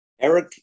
Eric